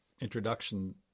introduction